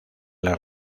las